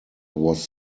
was